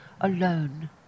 alone